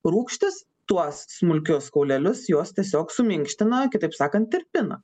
rūgštys tuos smulkius kaulelius juos tiesiog suminkština kitaip sakant tirpina